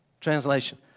Translation